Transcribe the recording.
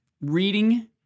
reading